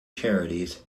charities